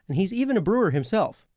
and he's even a brewer himself.